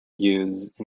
used